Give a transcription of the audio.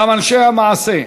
גם אנשי המעשה,